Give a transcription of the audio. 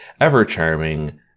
ever-charming